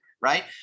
Right